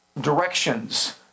directions